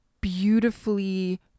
beautifully